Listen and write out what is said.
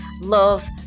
love